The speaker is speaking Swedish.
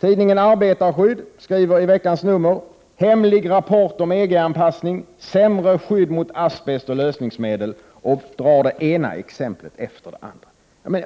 Tidningen Arbetarskydd skriver i veckans nummer: ”Hemlig” rapport om EG anpassning. Sämre skydd mot asbest och lösningsmedel. Man drari tidningen upp det ena exemplet efter det andra.